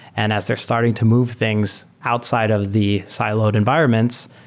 and as they're starting to move things outside of the siloed environments,